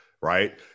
Right